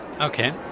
Okay